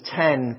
ten